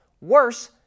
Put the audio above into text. Worse